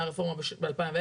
הייתה רפורמה ב-2010,